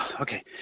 Okay